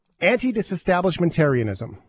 Anti-disestablishmentarianism